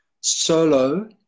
solo